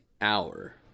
hour